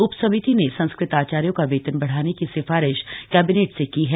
उपसमिति ने संस्कृत आचार्यों का वेतन बढ़ाने की सिफारिश कैबिनेट से की है